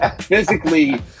physically